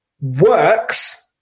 works